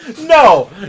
No